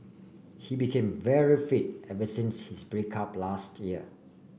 he became very fit ever since his break up last year